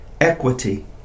equity